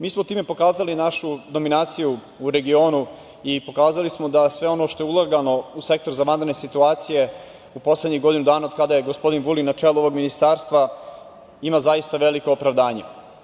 Mi smo time pokazali našu dominaciju u regionu i pokazali smo da se sve ono u šta je ulagano u Sektor za vanredne situacije u poslednjih godinu dana, od kada je gospodin Vulin na čelu ovog ministarstva, ima zaista veliko opravdanje.